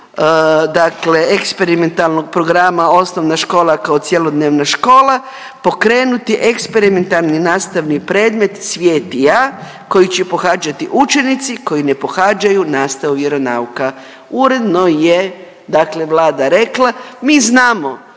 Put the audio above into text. dakle eksperimentalnog programa osnovna škola kao cjelodnevna škola pokrenuti eksperimentalni nastavni predmet „Svijet i ja“ koji će pohađati učenici koji ne pohađaju nastavu vjeronauka. Uredno je dakle Vlada rekla, mi znamo